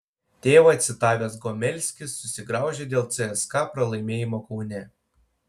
tėvą citavęs gomelskis susigraužė dėl cska pralaimėjimo kaune